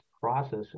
process